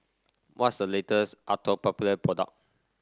what's the latest Atopiclair product